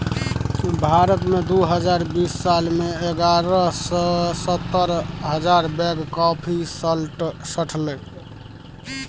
भारत मे दु हजार बीस साल मे एगारह सय सत्तर हजार बैग कॉफी सठलै